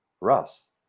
Russ